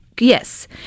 Yes